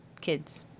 kids